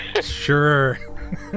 Sure